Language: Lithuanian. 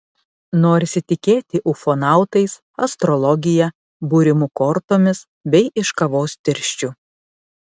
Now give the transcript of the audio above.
norisi tikėti ufonautais astrologija būrimu kortomis bei iš kavos tirščių